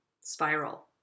spiral